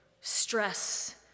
stress